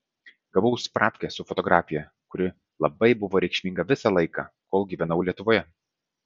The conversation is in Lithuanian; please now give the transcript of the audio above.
gavau spravkę su fotografija kuri labai buvo reikšminga visą laiką kol gyvenau lietuvoje